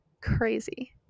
Crazy